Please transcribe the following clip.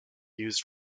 used